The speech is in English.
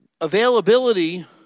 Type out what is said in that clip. Availability